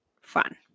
fun